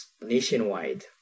nationwide